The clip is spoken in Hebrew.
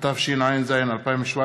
התשע"ז 2017,